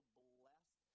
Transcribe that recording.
blessed